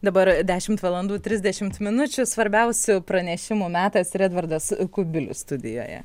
dabar dešimt valandų trisdešimt minučių svarbiausių pranešimų metas ir edvardas kubilius studijoje